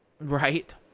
Right